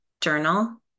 journal